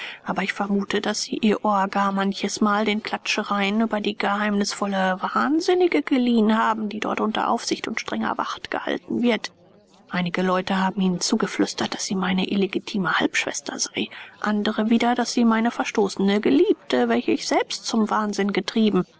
aber ich vermute daß sie ihr ohr gar manchesmal den klatschereien über die geheimnisvolle wahnsinnige geliehen haben die dort unter aufsicht und strenger wacht gehalten wird einige leute haben ihnen zugeflüstert daß sie meine illegitime halbschwester sei andere wieder daß sie meine verstoßene geliebte welche ich selbst zum wahnsinn getrieben